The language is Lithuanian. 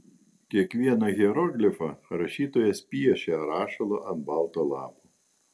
kiekvieną hieroglifą rašytojas piešia rašalu ant balto lapo